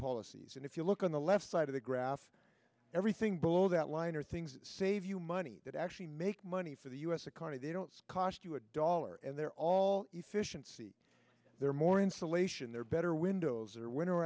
policies and if you look on the left side of the graph everything below that line are things save you money that actually make money for the u s economy they don't cost you a dollar and they're all efficiency they're more insulation they're better windows or winter